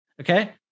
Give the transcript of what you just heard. Okay